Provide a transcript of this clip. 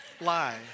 lie